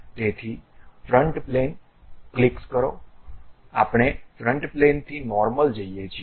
તેથી front plane clicks આપણે front પ્લેનથી નોર્મલ જઈએ છીએ